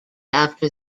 after